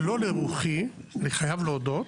שלא לרוחי, אני חייב להודות,